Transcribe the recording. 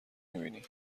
میبینی